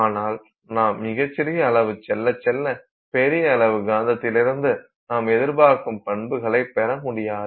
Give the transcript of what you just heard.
ஆனால் நாம் மிகச் சிறிய அளவு செல்ல செல்ல பெரிய அளவு காந்தத்திலிருந்து நாம் எதிர்பார்க்கும் பண்புகளை பெறமுடியாது